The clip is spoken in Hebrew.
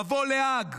מבוא להאג,